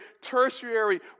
tertiary